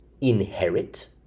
inherit